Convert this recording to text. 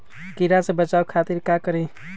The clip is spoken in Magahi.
कीरा से बचाओ खातिर का करी?